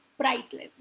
priceless